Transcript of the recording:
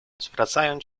zwracając